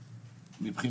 כאילו,